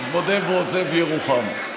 אז מודה ועוזב ירוחם.